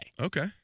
Okay